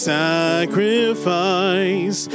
sacrifice